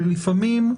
שלפעמים,